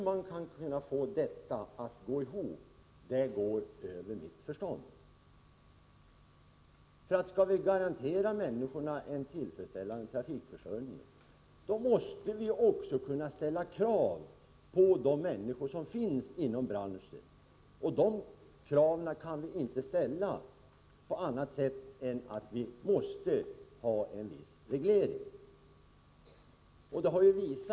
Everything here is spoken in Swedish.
Det går över mitt förstånd hur man kan få detta att gå ihop! Skall vi garantera människorna en tillfredsställande trafikförsörjning, måste vi också kunna ställa krav på de företag som finns inom branschen. De kraven kan vi inte ställa annat än om vi har en viss reglering.